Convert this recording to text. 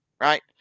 Right